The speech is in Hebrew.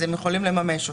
אז הם יכולים לממש אותה,